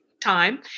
time